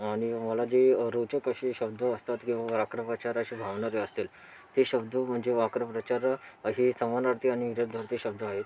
आणि मला जे रोचक असे शब्द असतात किंवा वाक्प्रचार अशा भावना ज्या असतील ते शब्द म्हणजे वाक्प्रचार हे समानार्थी आणि विरुद्धार्थी शब्द आहे